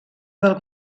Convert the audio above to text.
del